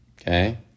Okay